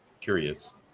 Curious